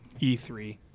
E3